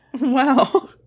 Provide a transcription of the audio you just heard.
Wow